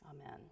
Amen